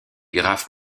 graphes